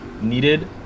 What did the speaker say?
needed